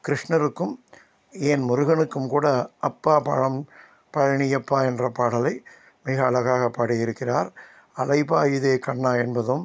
கிருஷ்ணருக்கும் ஏன் முருகனுக்கும் கூட அப்பா பழம் பழனியப்பா என்கிற பாடலை மிக அழகாக பாடி இருக்கிறார் அலைபாயுதே கண்ணா என்பதும்